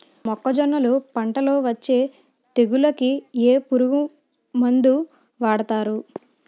మొక్కజొన్నలు పంట లొ వచ్చే తెగులకి ఏ పురుగు మందు వాడతారు?